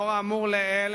לאור האמור לעיל,